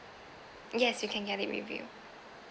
yes you can get it review